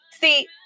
See